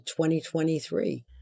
2023